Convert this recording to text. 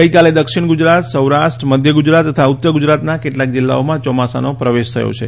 ગઇકાલે દક્ષિણ ગુજરાત સૌરાષ્ટ્ર મધ્ય ગુજરાત તથા ઉત્તર ગુજરાત કેટલાક જિલ્લાઓમાં ચોમાસાનો પ્રવેશ થયો છે